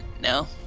No